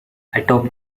atop